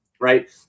right